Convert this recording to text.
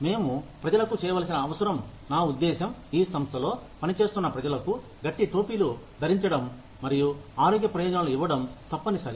మేము ప్రజలకు చేయవలసిన అవసరం నా ఉద్దేశం ఈ సంస్థలో పని చేస్తున్న ప్రజలకు గట్టి టోపీలు ధరించడం మరియు ఆరోగ్య ప్రయోజనాలు ఇవ్వడం తప్పనిసరి